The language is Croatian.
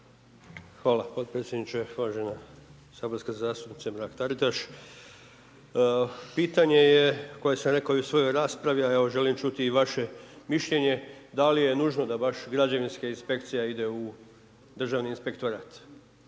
Hvala potpredsjedniče. Uvažena saborska zastupnice Mrak Taritaš, pitanje je koje sam rekao i u svojoj raspravi a evo želim čuti i vaše mišljenje da li je nužno da baš građevinska inspekcija ide u Državni inspektorat.